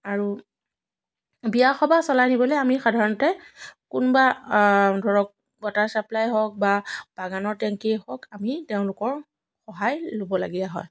আৰু বিয়া সবাহ চলাই নিবলৈ আমি সাধাৰণতে কোনোবা ধৰক ৱাটাৰ চাপ্লাই হওক বা বাগানৰ টেংকিয়েই হওক আমি তেওঁলোকৰ সহায় ল'বলগীয়া হয়